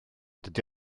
dydy